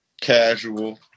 casual